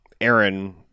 Aaron